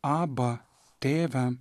aba tėve